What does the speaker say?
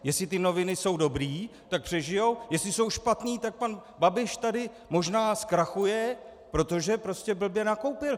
Jestli ty noviny jsou dobré, tak přežijí, jestli jsou špatné, tak pan Babiš tady možná zkrachuje, protože prostě blbě nakoupil.